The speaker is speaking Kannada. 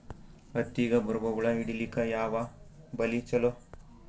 ಹತ್ತಿಗ ಬರುವ ಹುಳ ಹಿಡೀಲಿಕ ಯಾವ ಬಲಿ ಚಲೋ?